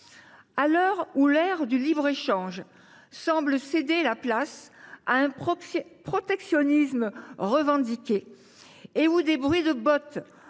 Alors que le libre échange semble céder la place à un protectionnisme revendiqué et que des bruits de bottes